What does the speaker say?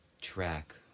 track